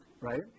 right